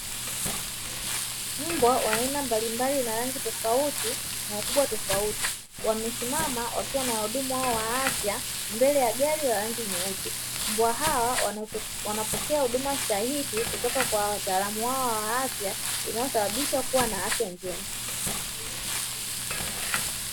Mbwa wa aina mbali mbali na rangi tofauti na ukubwa tofauti wamesimama wakiwa na wahudumu wao wa afya mbele ya gari la rangi nyeupe, mbwa hawa wanaopokea huduma stahiki kutoka kwa wataalamu wao wa afya inayosababisha kuwa na afya njema.